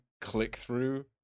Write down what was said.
click-through